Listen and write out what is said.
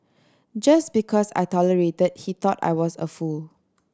just because I tolerated he thought I was a fool